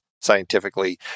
scientifically